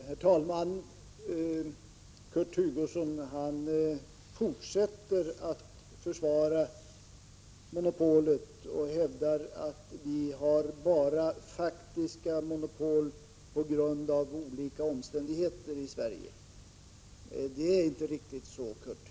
Herr talman! Kurt Hugosson fortsätter att försvara monopolet och hävdar att vi i Sverige bara har faktiska monopol på grund av olika omständigheter. Det är inte riktigt så, Kurt Hugosson!